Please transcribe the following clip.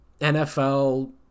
NFL